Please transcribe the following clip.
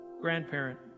grandparent